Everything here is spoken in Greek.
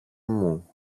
μου